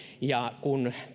ja kun